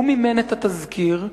הוא מימן את התסקיר,